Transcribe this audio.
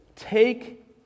Take